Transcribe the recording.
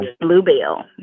Bluebell